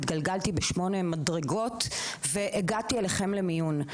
התגלגלתי בשמונה מדרגות והגעתי אליכם למיון.